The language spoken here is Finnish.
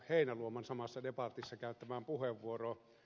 heinäluoman samassa debatissa käyttämään puheenvuoroon